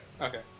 Okay